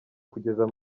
kugeza